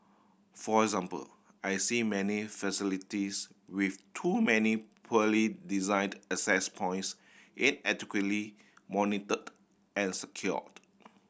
for example I see many facilities with too many poorly designed access points inadequately monitored and secured